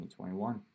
2021